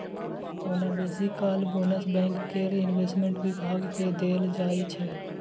ओना बेसी काल बोनस बैंक केर इंवेस्टमेंट बिभाग केँ देल जाइ छै